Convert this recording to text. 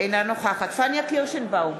אינה נוכחת פניה קירשנבאום,